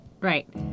Right